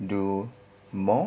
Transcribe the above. do more